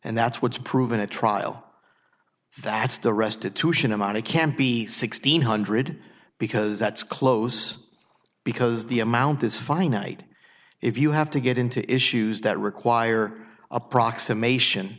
and that's what's proven a trial that's the restitution amount of can't be sixteen hundred because that's close because the amount is finite if you have to get into issues that require approximation